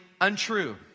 untrue